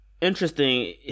interesting